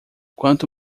quanto